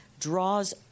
draws